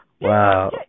Wow